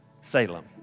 Salem